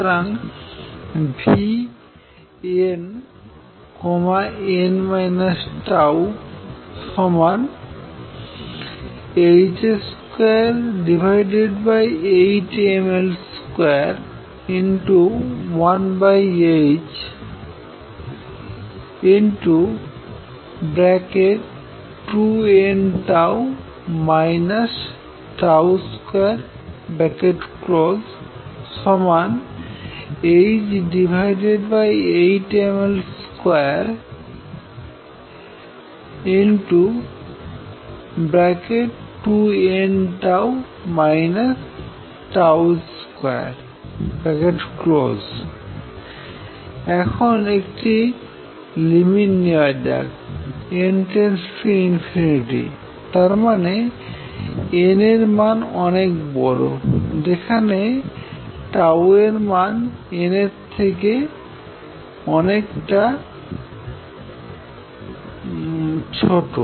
সুতরাং nn τh28mL21h2nτ 2 h8mL22nτ 2এখন একটি লিমিট নেওয়া যাক যে n →∞ তারমানে n এর মান অনেক বড় যেখানে এর মান n এর থেকে অনেক অনেক ছোট